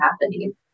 happening